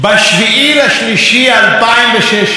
ב-7 במרס 2016,